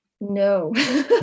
No